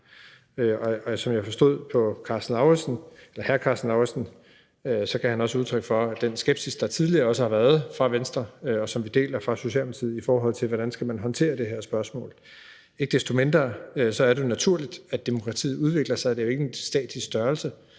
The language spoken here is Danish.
Og som jeg forstod på hr. Karsten Lauritzen, gav han også udtryk for den skepsis, der tidligere også har været fra Venstres side, og som vi deler i Socialdemokratiet, i forhold til hvordan man skal håndtere det her spørgsmål. Ikke desto mindre er det naturligt, at demokratiet udvikler sig. Det er jo ikke en statisk størrelse.